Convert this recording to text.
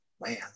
man